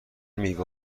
میوه